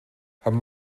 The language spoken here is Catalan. amb